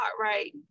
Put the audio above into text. right